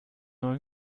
neuen